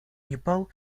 непал